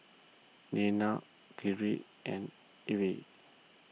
Deanna Kyree and Ivey